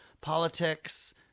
politics